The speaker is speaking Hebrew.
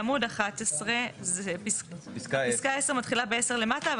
בעמוד 11 פיסקה 10 מתחילה ב-10 למטה,